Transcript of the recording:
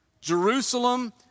Jerusalem